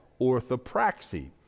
orthopraxy